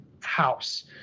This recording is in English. house